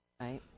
right